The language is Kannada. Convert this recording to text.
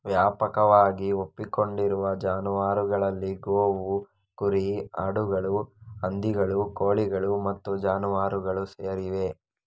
ವ್ಯಾಪಕವಾಗಿ ಒಪ್ಪಿಕೊಂಡಿರುವ ಜಾನುವಾರುಗಳಲ್ಲಿ ಗೋವು, ಕುರಿ, ಆಡುಗಳು, ಹಂದಿಗಳು, ಕೋಳಿಗಳು ಮತ್ತು ಜಾನುವಾರುಗಳು ಸೇರಿವೆ